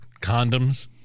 condoms